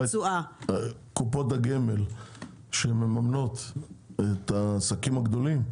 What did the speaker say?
קופות הגמל שמממנות את העסקים הגדולים,